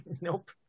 Nope